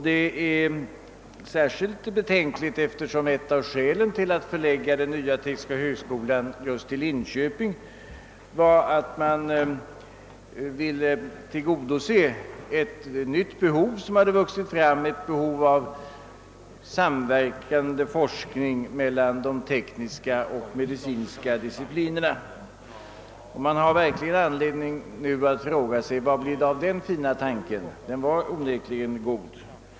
Detta är särskilt betänkligt, eftersom ett av skälen till att förlägga den nya tekniska högskolan till just Linköping var att man ville tillgodose ett nytt behov som vuxit fram av samverkande forskning mellan de tekniska och medicinska disciplinerna. Man har verkligen anledning att nu fråga sig vad det blev av den fina tanken, ty den var onekligen god.